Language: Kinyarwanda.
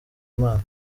imana